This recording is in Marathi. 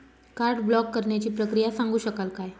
कार्ड ब्लॉक करण्याची प्रक्रिया सांगू शकाल काय?